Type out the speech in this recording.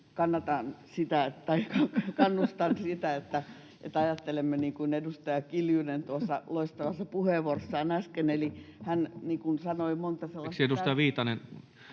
Kannustan siihen, että ajattelemme niin kuin edustaja Kiljunen tuossa loistavassa puheenvuorossaan äsken, eli hän sanoi monta sellaista...